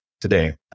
today